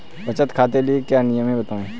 बचत खाते के क्या नियम हैं बताएँ?